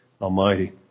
Almighty